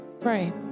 pray